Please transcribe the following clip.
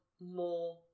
more